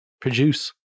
produce